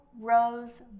Rose